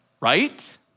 Right